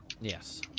Yes